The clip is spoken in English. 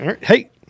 Hey